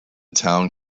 town